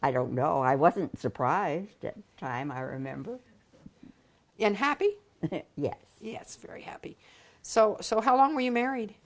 i don't know i wasn't surprised that time i remember and happy yes yes very happy so so how long were you married